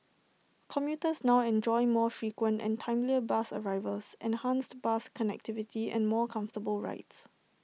commuters now enjoy more frequent and timelier bus arrivals enhanced bus connectivity and more comfortable rides